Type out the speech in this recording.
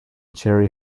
cherry